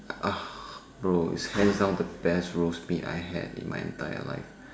uh bro it's hands down the best roast meat I had in my entire life